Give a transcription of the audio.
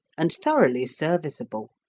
and thoroughly serviceable.